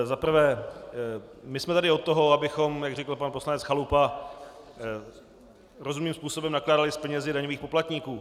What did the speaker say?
Za prvé, my jsme tady od toho, abychom, jak řekl pan poslanec Chalupa, rozumným způsobem nakládali s penězi daňových poplatníků.